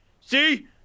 See